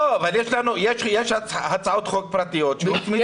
לא, אבל יש הצעות חוק פרטיות שהוצמדו.